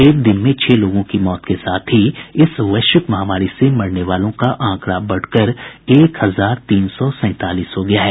एक दिन में छह लोगों की मौत के साथ ही इस वैश्विक महामारी से मरने वालों का आंकड़ा बढ़कर एक हजार तीन सौ सैंतालीस हो गया है